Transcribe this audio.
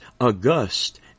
august